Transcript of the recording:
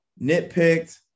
nitpicked